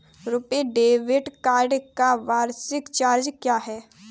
RuPay debit card का वार्षिक charge क्या है?